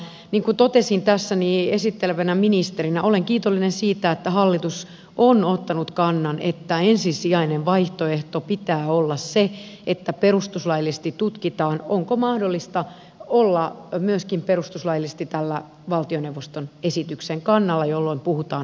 niin kuin totesin tässä esittelevänä ministerinä olen kiitollinen siitä että hallitus on ottanut kannan että ensisijaisen vaihtoehdon pitää olla se että perustuslaillisesti tutkitaan onko mahdollista olla myöskin perustuslaillisesti tällä valtioneuvoston esityksen kannalla jolloin puhutaan automaatiojäsenyydestä